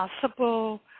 possible